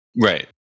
Right